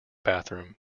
bathroom